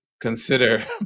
consider